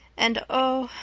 and oh,